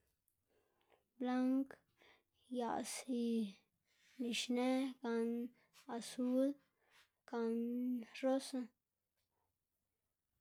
blang, yaꞌs, y nixnë gana asul gana rosa.